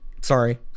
sorry